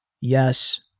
yes